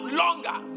longer